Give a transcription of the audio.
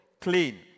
clean